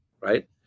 right